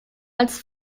als